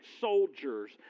soldiers